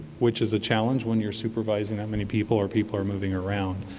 which is a challenge when you are supervising that many people or people are moving around.